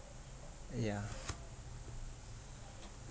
yeah